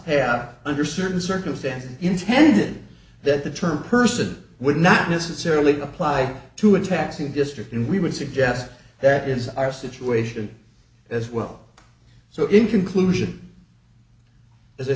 out under certain circumstances intended that the term person would not necessarily apply to a taxing district and we would suggest that is our situation as well so in conclusion as i